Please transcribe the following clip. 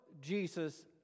Jesus